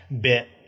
bit